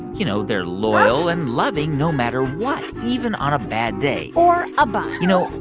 you know, they're loyal and loving no matter what, even on a bad day or a bun you know,